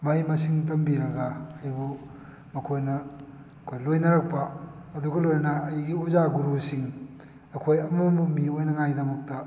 ꯃꯍꯩ ꯃꯁꯤꯡ ꯇꯝꯕꯤꯔꯒ ꯑꯩꯕꯨ ꯃꯈꯣꯏꯅ ꯑꯩꯈꯣꯏ ꯂꯣꯏꯅꯔꯛꯄ ꯑꯗꯨꯒ ꯂꯣꯏꯅꯅ ꯑꯩꯒꯤ ꯑꯣꯖꯥ ꯒꯨꯔꯨꯁꯤꯡ ꯑꯩꯈꯣꯏ ꯑꯃꯃꯝ ꯃꯤ ꯑꯣꯏꯅꯉꯥꯏꯒꯤꯗꯃꯛꯇ